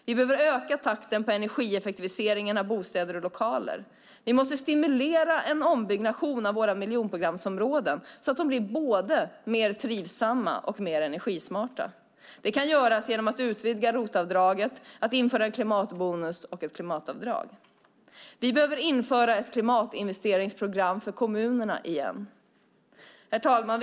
Vi behöver öka takten på energieffektivisering i bostäder och lokaler. Vi måste stimulera en ombyggnation av våra miljonprogramsområden så att de blir både mer trivsamma och mer energismarta. Det kan göras genom att utvidga ROT-avdraget och att införa en klimatbonus och ett klimatavdrag. Vi behöver införa ett klimatinvesteringsprogram för kommunerna igen. Herr talman!